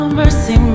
mercy